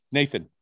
Nathan